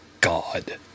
god